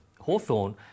Hawthorne